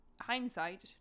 hindsight